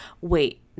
wait